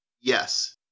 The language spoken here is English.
Yes